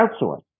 outsource